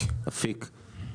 עורכת דין שגית אפיק,